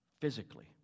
physically